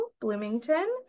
Bloomington